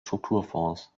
strukturfonds